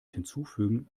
hinzufügen